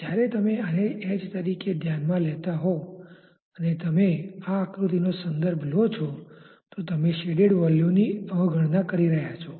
જ્યારે તમે આને h તરીકે ધ્યાનમાં લેતા હોવ અને તમે આ આકૃતિનો સંદર્ભ લો છો તો તમે શેડેડ વોલ્યુમની અવગણના કરી રહ્યા છો